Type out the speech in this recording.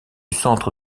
centre